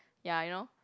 ya you know